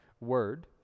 word